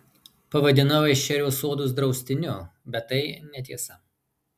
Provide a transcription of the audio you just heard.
pavadinau ešerio sodus draustiniu bet tai netiesa